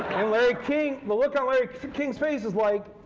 and larry king the look on larry king's face was like,